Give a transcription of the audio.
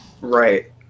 Right